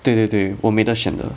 对对对我没得选的